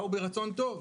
באו ברצון טוב,